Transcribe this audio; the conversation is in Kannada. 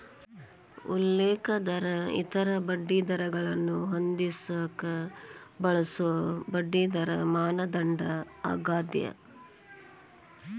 ಉಲ್ಲೇಖ ದರ ಇತರ ಬಡ್ಡಿದರಗಳನ್ನ ಹೊಂದಿಸಕ ಬಳಸೊ ಬಡ್ಡಿದರ ಮಾನದಂಡ ಆಗ್ಯಾದ